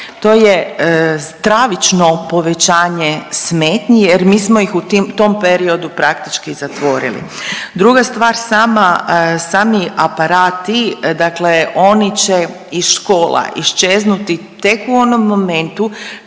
To je stravično povećanje smetnji jer mi smo ih u tim, tom periodu praktički zatvorili. Druga stvar sama, sami aparati dakle oni će iz škola iščeznuti tek u onom momentu